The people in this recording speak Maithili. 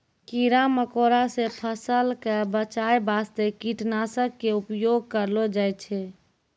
कीड़ा मकोड़ा सॅ फसल क बचाय वास्तॅ कीटनाशक के उपयोग करलो जाय छै